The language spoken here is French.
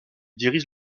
dirige